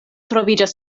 troviĝas